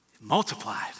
Multiplied